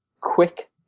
quick